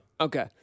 Okay